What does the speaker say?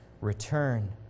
return